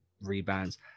rebounds